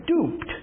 duped